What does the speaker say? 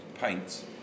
paints